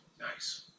Nice